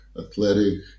athletic